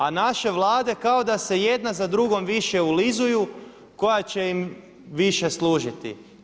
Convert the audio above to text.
A naše vlade kao da se jedna za drugom više ulizuju koja će im više služiti.